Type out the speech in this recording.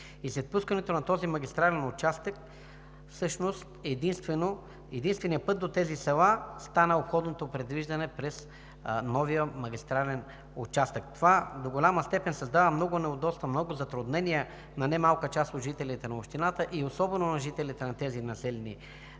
След пускането на този магистрален участък единственият път до тези села стана обходното придвижване през новия магистрален участък. Това до голяма степен създава много неудобства, много затруднения на немалка част служители на общината и особено на жителите на тези населени места,